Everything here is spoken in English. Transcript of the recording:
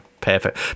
perfect